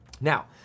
Now